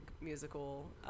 musical